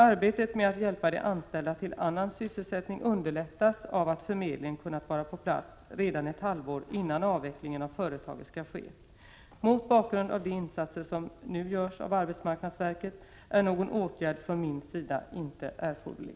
Arbetet med att hjälpa de anställda till annan sysselsättning underlättas av att förmedlingen kunnat vara på plats redan ett halvår innan avvecklingen av företaget skall ske. Mot bakgrund av de insatser som nu görs av arbetsmarknadsverket är någon åtgärd från min sida inte erforderlig.